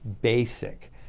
basic